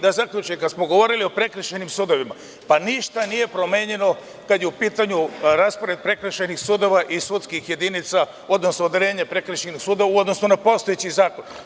Da zaključim, kada smo govorili o prekršajnim sudovima, pa ništa nije promenjeno kada je u pitanju raspored prekršajnih sudova i sudskih jedinica, odnosno odeljenje prekršajnih sudova u odnosu na postojeći zakon.